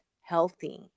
healthy